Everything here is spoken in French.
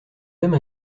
même